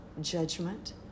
judgment